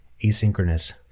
asynchronous